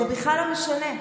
זה בכלל לא משנה.